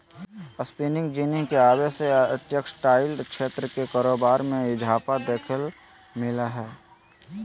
spinning jenny के आवे से टेक्सटाइल क्षेत्र के कारोबार मे इजाफा देखे ल मिल लय हें